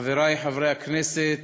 חברי חברי הכנסת,